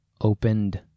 opened